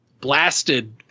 blasted